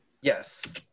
Yes